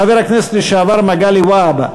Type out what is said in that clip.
חבר הכנסת לשעבר מגלי והבה.